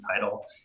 title